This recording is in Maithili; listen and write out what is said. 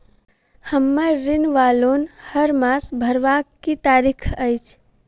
हम्मर ऋण वा लोन हरमास भरवाक की तारीख अछि?